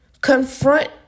Confront